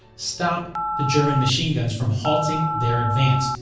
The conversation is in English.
stop the german machine guns from halting their advance.